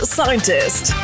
Scientist